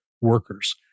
workers